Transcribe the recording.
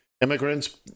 immigrants